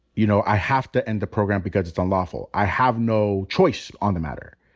you know, i have to end the program because it's unlawful. i have no choice on the matter.